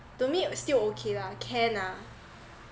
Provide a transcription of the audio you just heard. to me still okay lah can ah